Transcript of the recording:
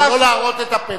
אבל לא להראות את הפתק.